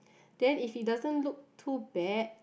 then if he doesn't look too bad